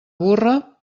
burra